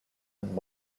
and